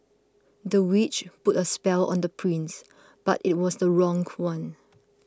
the witch put a spell on the prince but it was the wrong one